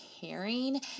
caring